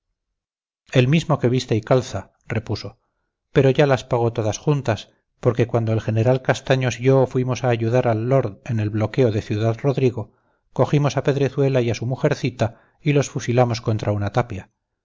el mismo que viste y calza repuso pero ya las pagó todas juntas porque cuando el general castaños y yo fuimos a ayudar al lord en el bloqueo de ciudad-rodrigo cogimos a pedrezuela y a su mujercita y los fusilamos contra una tapia